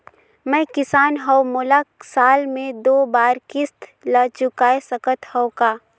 मैं किसान हव मोला साल मे दो बार किस्त ल चुकाय सकत हव का?